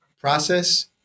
process